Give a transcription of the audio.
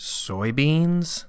soybeans